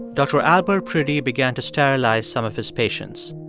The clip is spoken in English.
dr. albert priddy began to sterilize some of his patients.